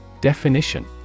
Definition